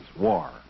war